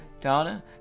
Donna